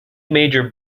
major